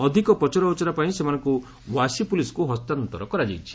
ଅଧିକ ପଚରା ଉଚରା ପାଇଁ ସେମାନଙ୍କୁ ୱାସି ପୁଲିସ୍କୁ ହସ୍ତାନ୍ତର କରାଯାଇଛି